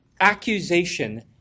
accusation